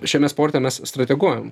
šiame sporte mes strateguojam